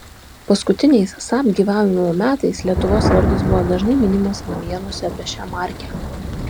paskutiniais saab gyvavimo metais lietuvos vardas buvo dažnai minimas naujienose apie šią markę